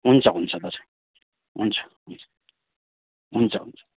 हुन्छ हुन्छ दाजु हुन्छ हुन्छ हुन्छ हुन्छ